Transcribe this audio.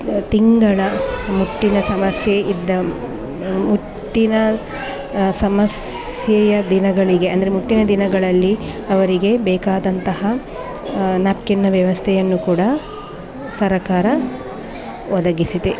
ತಿಂಗಳ ಮುಟ್ಟಿನ ಸಮಸ್ಯೆ ಇದ್ದ ಮುಟ್ಟಿನ ಸಮಸ್ಯೆಯ ದಿನಗಳಿಗೆ ಅಂದರೆ ಮುಟ್ಟಿನ ದಿನಗಳಲ್ಲಿ ಅವರಿಗೆ ಬೇಕಾದಂತಹ ನ್ಯಾಪ್ಕಿನ್ನಿನ ವ್ಯವಸ್ಥೆಯನ್ನು ಕೂಡ ಸರಕಾರ ಒದಗಿಸಿದೆ